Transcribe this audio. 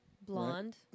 blonde